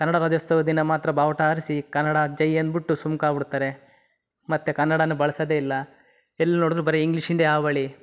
ಕನ್ನಡ ರಾಜ್ಯೋತ್ಸವದ ದಿನ ಮಾತ್ರ ಬಾವುಟ ಹಾರಿಸಿ ಕನ್ನಡ ಜೈ ಅಂದ್ಬಿಟ್ಟು ಸುಮ್ಕೆ ಆಗ್ಬಿಡ್ತಾರೆ ಮತ್ತೆ ಕನ್ನಡಾನ್ನ ಬಳ್ಸೋದೇ ಇಲ್ಲ ಎಲ್ಲಿ ನೋಡ್ದ್ರೂ ಬರೀ ಇಂಗ್ಲೀಷಿಂದೇ ಹಾವಳಿ